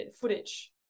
footage